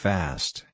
Fast